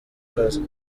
kazi